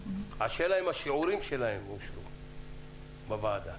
השאלה אם השיעורים שלהם אושרו בוועדה.